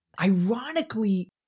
Ironically